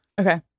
Okay